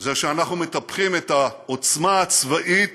זה שאנחנו מטפחים את העוצמה הצבאית